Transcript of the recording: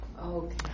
Okay